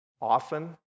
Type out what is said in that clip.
often